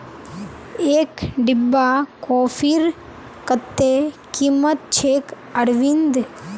एक डिब्बा कॉफीर कत्ते कीमत छेक अरविंद